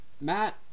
Matt